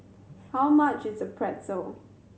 how much is Pretzel